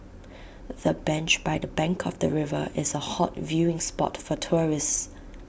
the bench by the bank of the river is A hot viewing spot for tourists